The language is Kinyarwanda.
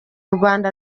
rwanda